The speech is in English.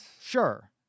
Sure